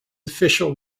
official